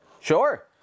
Sure